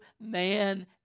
man